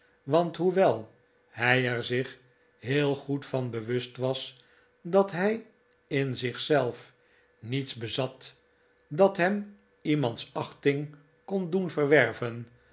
want hoewel hij er zich heel goed van bewust was dat hij in zich zelf niets bezat dat hem iemands achting kon doen verwerven